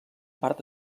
part